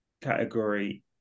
category